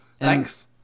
thanks